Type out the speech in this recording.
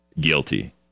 guilty